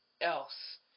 else